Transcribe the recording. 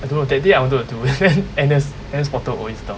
I don't know that day I wanted to do then N_S N_S portal always down